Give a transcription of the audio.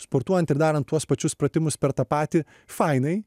sportuojant ir darant tuos pačius pratimus per tą patį fainai